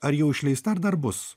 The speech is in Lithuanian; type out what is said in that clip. ar jau išleista ar dar bus